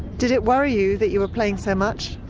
did it worry you that you were playing so much?